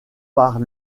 par